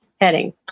heading